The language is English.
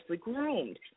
groomed